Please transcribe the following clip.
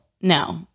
no